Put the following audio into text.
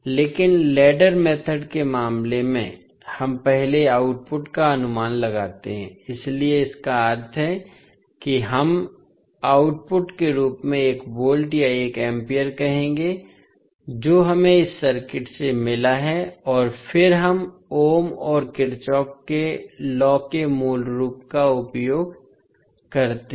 लेकिन ladder method के मामले में हम पहले आउटपुट का अनुमान लगाते हैं इसलिए इसका अर्थ है कि हम आउटपुट के रूप में एक वोल्ट या एक एम्पीयर कहेंगे जो हमें इस सर्किट से मिला है और फिर हम ओम और किरचॉफ के लॉ के मूल लॉ का उपयोग करते हैं